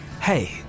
Hey